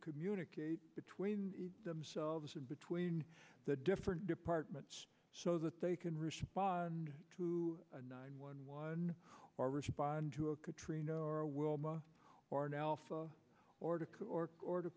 communicate between themselves and between the different departments so that they can respond to a nine one one or respond to a katrina or a wilma or an alpha or to cook or